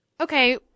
Okay